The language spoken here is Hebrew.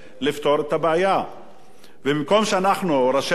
במקום שראשי הרשויות יתעסקו בתקציבים שלהם,